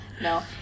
no